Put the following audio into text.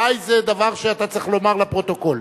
"ודאי" זה דבר שאתה צריך לומר לפרוטוקול.